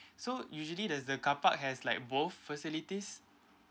so usually does the carpark has like both facilities